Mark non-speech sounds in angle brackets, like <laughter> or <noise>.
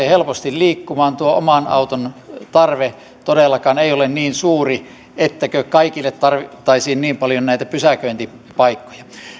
<unintelligible> helposti liikkumaan oman auton tarve todellakaan ei ole niin suuri että kaikille tarvittaisiin niin paljon näitä pysäköintipaikkoja